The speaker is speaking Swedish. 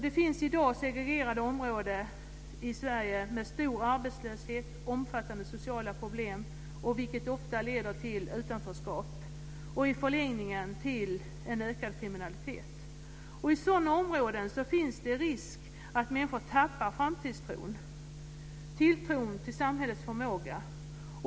Det finns i dag segregerade områden i Sverige med stor arbetslöshet och omfattande sociala problem, vilket ofta leder till utanförskap och i förlängningen till en ökad kriminalitet. I sådana områden finns det risk att människor tappar framtidstron och tilltron till samhällets förmåga.